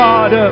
God